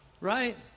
right